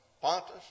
Pontus